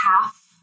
half